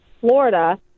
Florida